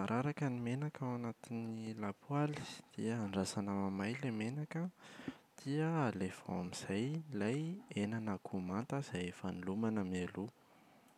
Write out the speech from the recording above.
araraka ny menaka ao anatin’ny lapoaly dia andrasana hamay ilay menaka dia alefa ao amin’izay ilay henan’akoho manta izay efa nolomana mialoha.